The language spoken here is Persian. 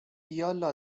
یالا